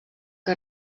que